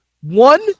One